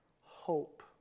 Hope